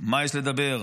מה יש לדבר?